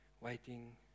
waiting